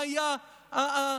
מה היה המסר?